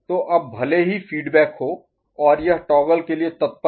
तो अब भले ही फीडबैक हो और यह टॉगल के लिए तत्पर है